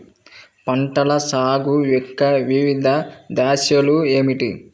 పంటల సాగు యొక్క వివిధ దశలు ఏమిటి?